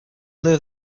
their